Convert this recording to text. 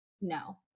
no